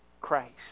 Christ